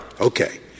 Okay